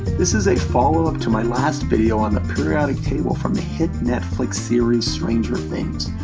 this is a follow-up to my last video on the periodic table from the hit netflix's series, stranger things.